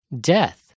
Death